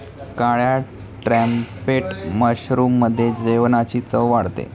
काळ्या ट्रम्पेट मशरूममुळे जेवणाची चव वाढते